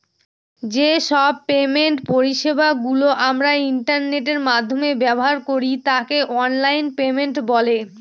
যে সব পেমেন্ট পরিষেবা গুলো আমরা ইন্টারনেটের মাধ্যমে ব্যবহার করি তাকে অনলাইন পেমেন্ট বলে